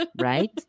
right